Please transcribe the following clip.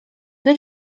tej